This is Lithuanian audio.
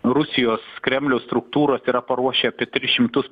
rusijos kremliaus struktūros yra paruošę apie tris šimtus